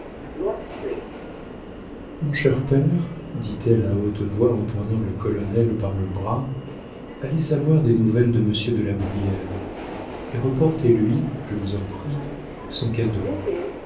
mon cher père dit-elle à haute voix en prenant le colonel par le bras allez savoir des nouvelles de monsieur de la brière et reportez lui je vous en prie son